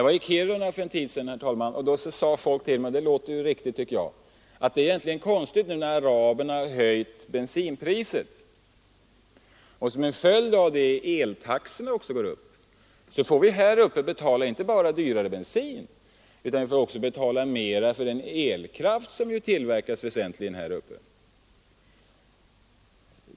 När jag för en tid sedan var i Kiruna påpekade man för mig det konstiga i att man där uppe, nu när araberna höjt bensinpriset, och eltaxorna som en följd av det går upp, får betala mera inte bara för bensinen utan också för den elkraft som väsentligen produceras där uppe.